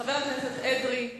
חבר הכנסת אדרי.